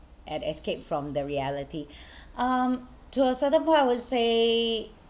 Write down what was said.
an escape from the reality um to a certain point I would say